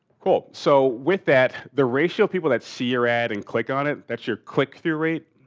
cool. so, with that the ratio people that see your ad and click on it, that's your click-through rate.